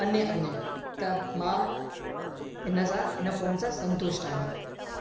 अन्य अन्य त मां इनसां इन फ़ोन सां संतुष्ट आहियां